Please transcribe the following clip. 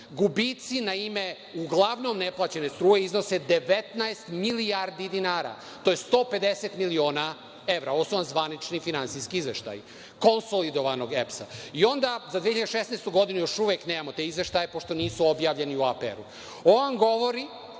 gubici na ime uglavnom neplaćene struje iznose 19 milijardi dinara, to je 150 miliona evra. Ovo su vam zvanični finansijski izveštaji, konsolidovanog EPS-a. I onda za 2016. godinu, još uvek nemamo te izveštaje pošto nisu objavljeni u APR-u. On govori